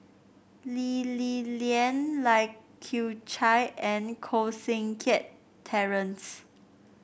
Lee Li Lian Lai Kew Chai and Koh Seng Kiat Terence